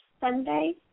Sunday